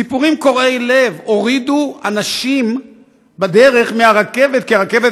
סיפורים קורעי לב: הורידו אנשים בדרך מהרכבת כי הרכבת